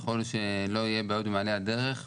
ככל שלא יהיו בעיות במעלה הדרך,